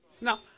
Now